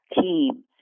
team